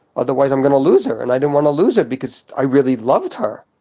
otherwise i'm going to lose her and i didn't want to lose her because i really loved her.